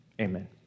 amen